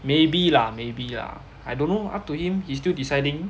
maybe lah maybe lah I don't know up to him he still deciding